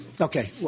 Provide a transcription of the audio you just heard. Okay